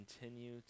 continue